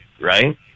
right